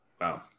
Wow